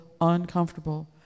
uncomfortable